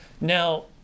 Now